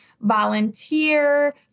volunteer